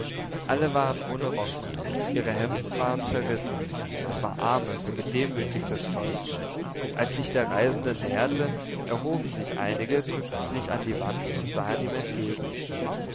alle waren ohne rock ihre hemden waren zerrissen es war armes gedemütigtes volk als sich der reisende näherte erhoben sich einige drückten sich an die wand und sahen ihm entgegen